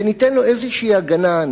וניתן לו איזושהי הגנה.